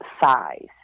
size